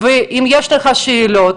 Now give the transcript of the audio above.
ואם יש לך שאלות